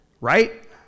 Right